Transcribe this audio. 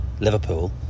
liverpool